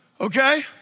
Okay